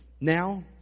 Now